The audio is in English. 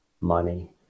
money